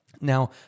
Now